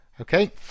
okay